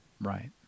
Right